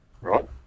right